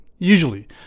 Usually